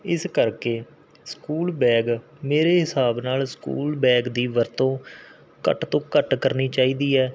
ਇਸ ਕਰਕੇ school bag ਮੇਰੇ ਹਿਸਾਬ ਨਾਲ ਸਕੂਲ ਬੈਗ ਦੀ ਵਰਤੋਂ ਘੱਟ ਤੋਂ ਘੱਟ ਕਰਨੀ ਚਾਹੀਦੀ ਹੈ